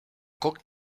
coc